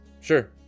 Sure